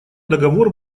договор